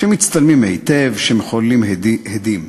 שמצטלמים היטב, שמחוללים הדים.